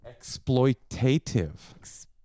Exploitative